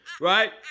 right